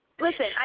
Listen